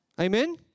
Amen